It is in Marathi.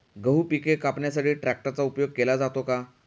गहू पिके कापण्यासाठी ट्रॅक्टरचा उपयोग केला जातो का?